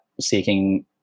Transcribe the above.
seeking